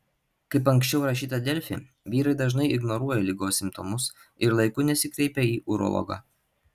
kaip anksčiau rašyta delfi vyrai dažnai ignoruoja ligos simptomus ir laiku nesikreipia į urologą